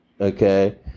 okay